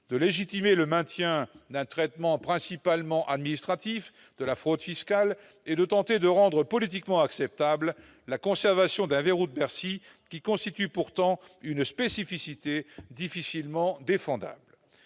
de légitimer le maintien d'un traitement principalement administratif de la fraude fiscale et de tenter de rendre politiquement acceptable la conservation d'un verrou de Bercy, lequel constitue pourtant une spécificité difficilement défendable.